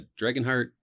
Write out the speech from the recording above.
Dragonheart